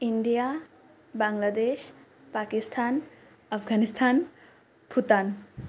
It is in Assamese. ইণ্ডিয়া বাংলাদেশ পাকিস্তান আফগানিস্থান ভূটান